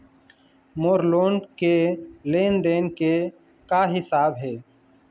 मोर loan के लेन देन के का हिसाब हे?